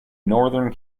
northern